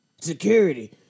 Security